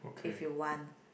if you want